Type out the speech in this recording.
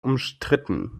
umstritten